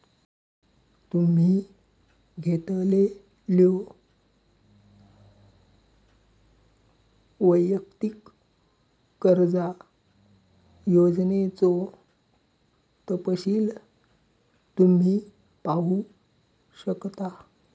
तुम्ही घेतलेल्यो वैयक्तिक कर्जा योजनेचो तपशील तुम्ही पाहू शकता